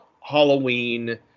Halloween